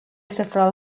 several